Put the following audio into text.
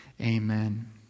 Amen